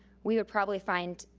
we would probably find,